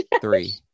three